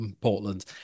Portland